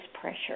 pressure